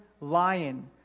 lion